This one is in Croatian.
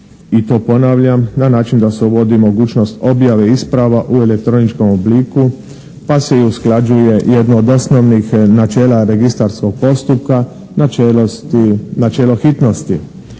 i to ponavljam na način da se uvodi mogućnost objave isprava u elektroničkom obliku pa se i usklađuje jedno od osnovnih načela registarskog postupka načelo hitnosti.